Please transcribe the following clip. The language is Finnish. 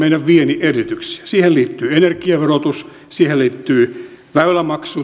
siihen liittyy energiaverotus siihen liittyy väylämaksut